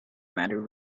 matter